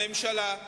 הממשלה,